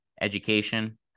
education